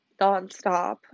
nonstop